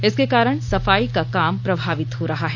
इसके कारण सफाई का काम प्रमावित हो रहा है